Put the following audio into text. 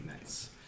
nice